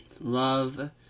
Love